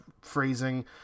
phrasing